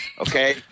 Okay